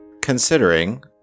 Considering